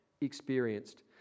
experienced